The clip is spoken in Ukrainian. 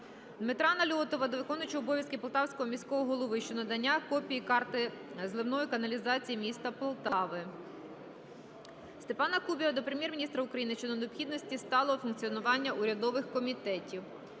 Дмитра Нальотова до виконуючого обов'язки Полтавського міського голови щодо надання копії карти зливової каналізації м. Полтава. Степана Кубіва до Прем'єр-міністра України щодо необхідності сталого функціонування урядових комітетів.